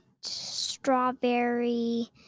strawberry